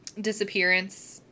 disappearance